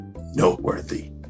noteworthy